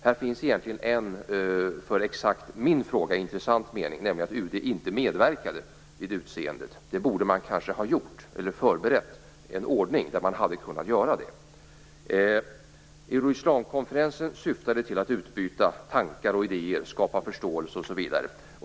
Här finns egentligen en för exakt min fråga intressant mening, nämligen att UD inte medverkade vid utseendet. Det borde man kanske ha gjort eller förberett en ordning där man hade kunna göra det. Euroislamkonferensen syftade till att utbyta tankar och idéer, skapa förståelse osv.